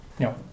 No